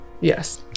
Yes